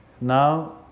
Now